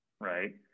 right